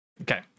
Okay